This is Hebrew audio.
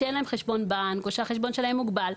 שאין להם חשבון בנק או שהחשבון שלהם מוגבל.